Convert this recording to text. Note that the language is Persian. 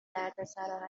دردسرا